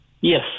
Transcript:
Yes